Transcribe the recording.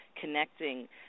connecting